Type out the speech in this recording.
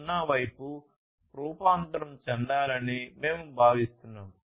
0 వైపు రూపాంతరం చెందాలని మేము భావిస్తున్నాము